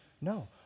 No